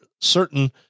certain